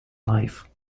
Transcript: life